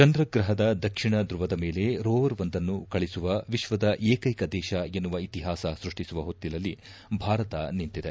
ಚಂದ್ರ ಗ್ರಹದ ದಕ್ಷಿಣ ಧುವದ ಮೇಲೆ ರೋವರ್ ಒಂದನ್ನು ಕಳಿಸುವ ವಿಶ್ವದ ಏಕೈಕ ದೇಶ ಎನ್ನುವ ಇತಿಹಾಸ ಸೃಷ್ಟಿಸುವ ಹೊಸ್ತಿಲಲ್ಲಿ ಭಾರತ ನಿಂತಿದೆ